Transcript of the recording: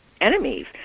enemies